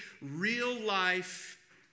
real-life